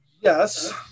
Yes